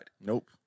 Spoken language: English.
Nope